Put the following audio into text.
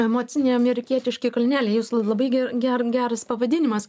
emociniai amerikietiški kalneliai jūs labai gerą geras pavadinimas